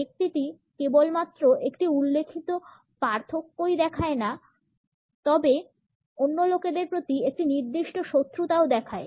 ব্যক্তিটি কেবলমাত্র একটি উল্লেখিত পার্থক্যই দেখায় না তবে অন্য লোকেদের প্রতি একটি নির্দিষ্ট শত্রুতাও দেখায়